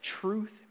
truth